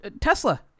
Tesla